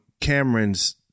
Cameron's